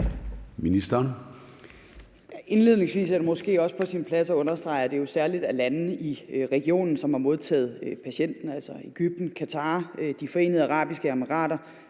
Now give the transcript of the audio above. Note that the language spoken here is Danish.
Ministeren.